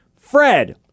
Fred